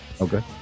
Okay